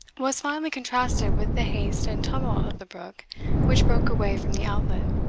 was finely contrasted with the haste and tumult of the brook which broke away from the outlet,